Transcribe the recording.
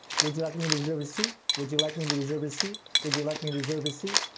would you like me to reserve a seat? would you like me to reserve a seat? would you like me to reserve a seat?